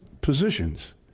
positions